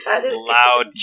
loud